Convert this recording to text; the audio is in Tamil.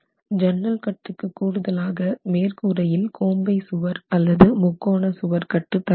ஜன்னல் கட்டுக்கு கூடுதலாக மேற்கூரையில் கோம்பைச் சுவர் முக்கோணச்சுவர் கட்டு தர வேண்டும்